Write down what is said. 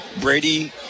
Brady